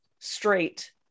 straight